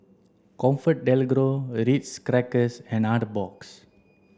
ComfortDelGro Ritz Crackers and Artbox